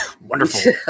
Wonderful